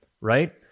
Right